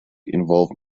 involved